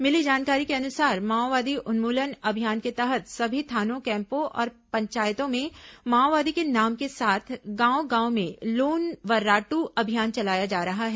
मिली जानकारी के अनुसार माओवादी उन्मूलन अभियान के तहत सभी थानों कैम्पों और पंचायतों में माओवादी के नाम के साथ गांव गांव में लोन वर्राटू अभियान चलाया जा रहा है